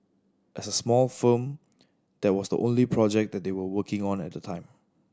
as a small firm that was the only project that they were working on at the time